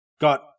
got